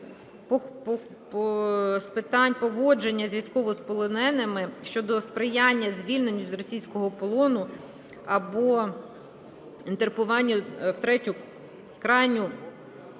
з питань поводження з військовополоненими щодо сприяння звільненню з російського полону або інтернуванню в третю країну